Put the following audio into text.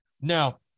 Now